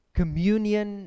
communion